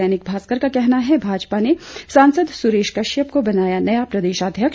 दैनिक भास्कर का कहना है भाजपा ने सांसद सुरेश कश्यप को बनाया नया प्रदेशाध्यक्ष